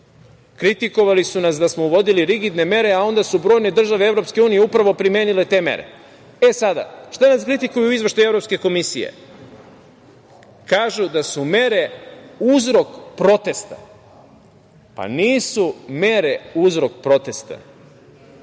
Kritikovali su nas da smo uvodili rigidne mere, a onda su brojne države EU upravo primenile te mere.E sada, što nas kritikuju u Izveštaju Evropske komisije? Kažu da su mere uzrok protesta. Nisu mere uzrok protesta,